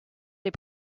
des